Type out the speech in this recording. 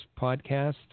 podcast